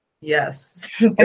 Yes